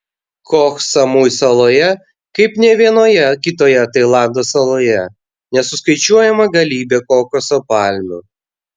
koh samui saloje kaip nė vienoje kitoje tailando saloje nesuskaičiuojama galybė kokoso palmių